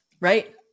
Right